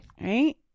right